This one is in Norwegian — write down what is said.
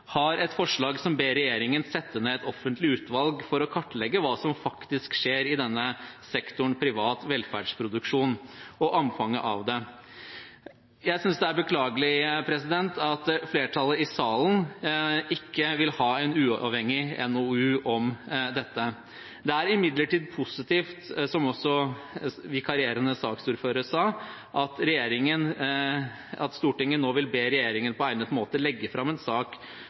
har et forslag om å be regjeringen sette ned et offentlig utvalg for å kartlegge hva som faktisk skjer i sektoren privat velferdsproduksjon og omfanget av det. Jeg synes det er beklagelig at flertallet i salen ikke vil ha en uavhengig NOU om dette. Det er imidlertid positivt, som også vikarierende saksordfører sa, at Stortinget nå vil be regjeringen på egnet måte legge fram en sak